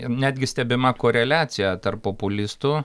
netgi stebima koreliacija tarp populistų